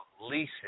leasing